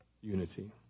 unity